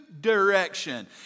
direction